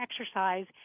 exercise